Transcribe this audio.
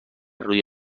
روی